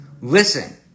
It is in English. listen